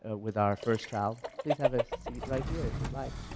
ah with our first child, please have a seat right here if you'd like,